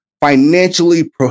financially